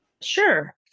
Sure